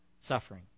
suffering